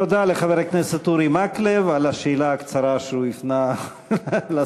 תודה לחבר הכנסת אורי מקלב על השאלה הקצרה שהוא הפנה לשר.